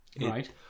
right